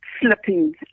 slipping